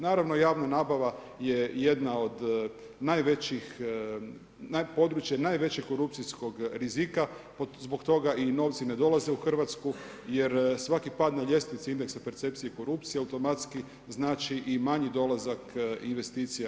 Naravno, javna nabava je jedna od najvećih, područje najvećeg korupcijskog rizika, zbog toga i novci ne dolaze u Hrvatsku jer svaki pad na ljestvici indeksa percepcije korupcije automatski znači i manji dolazak investicija u RH.